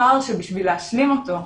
פער שבשביל להשלים אותו,